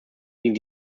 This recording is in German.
gegen